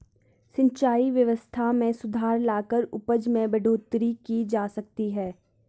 सिंचाई व्यवस्था में सुधार लाकर उपज में बढ़ोतरी की जा सकती है